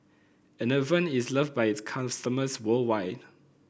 enervon is loved by its customers worldwide